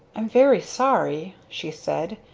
i'm very sorry, she said.